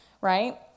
right